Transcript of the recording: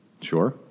Sure